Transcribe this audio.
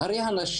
הדבר השני הניסיון